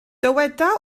dyweda